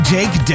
Jake